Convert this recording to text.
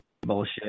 bullshit